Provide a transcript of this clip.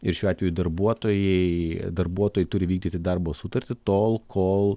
ir šiuo atveju darbuotojai darbuotojai turi vykdyti darbo sutartį tol kol